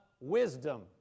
wisdom